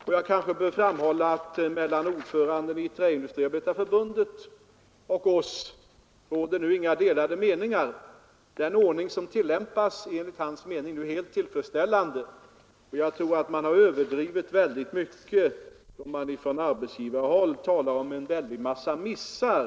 Och jag kanske bör framhålla att mellan ordföranden i Träindustriarbetareförbundet och oss råder i dag inga delade meningar — den ordning som tillämpas är enligt hans åsikt nu helt tillfredsställande. Jag tror att man har överdrivit mycket då man från tiska synpunkter vid lokaliseringspolitiska insatser tiska synpunkter vid lokaliseringspolitiska insatser arbetsgivarhåll talat om en massa missar.